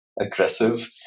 aggressive